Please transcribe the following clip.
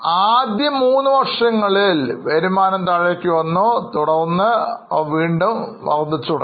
ആദ്യ മൂന്നു വർഷങ്ങളിൽ അതിൽ വരുമാനം കുറയുകയും തുടർന്ന് അവ വീണ്ടും വർദ്ധിച്ചുതുടങ്ങി